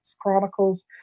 Chronicles